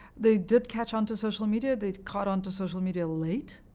they did catch onto social media. they caught onto social media late,